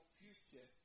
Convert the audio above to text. future